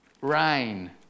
rain